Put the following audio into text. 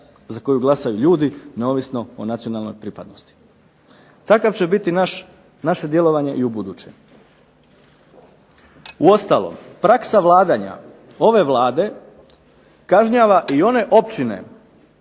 za koju glasaju ljudi neovisno o nacionalnoj pripadnosti. Takvo će biti naše djelovanje i u buduće. Uostalom praksa vladanja ove Vlade kažnjava i one općine